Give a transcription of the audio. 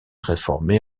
réformée